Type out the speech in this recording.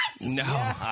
no